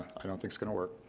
i don't think it's gonna work.